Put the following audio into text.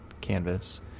canvas